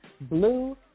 Blue